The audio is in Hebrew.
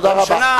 הממשלה,